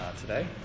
today